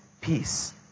peace